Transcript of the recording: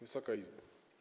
Wysoka Izbo!